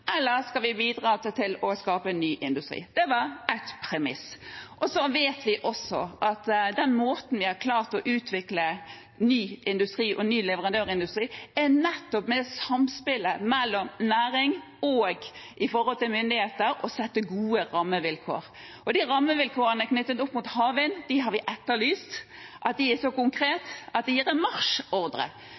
eller om vi skal bidra til å skape ny industri. Det var ett premiss. Vi vet også at måten vi har klart å utvikle ny industri og ny leverandørindustri på, er nettopp det samspillet mellom næring og – for myndigheter – det å sette gode rammevilkår. De rammevilkårene knyttet opp mot havvind har vi etterlyst, at de er så konkrete at det gir en marsjordre.